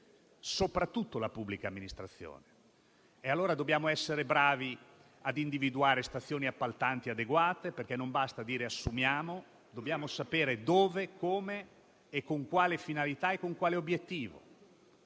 soprattutto la pubblica amministrazione. Dobbiamo essere bravi allora ad individuare stazioni appaltanti adeguate, perché non basta dire di assumere, ma dobbiamo sapere dove, come, con quale finalità e con quale obiettivo.